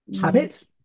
Habit